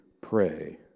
pray